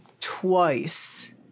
twice